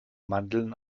mandeln